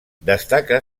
destaca